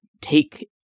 take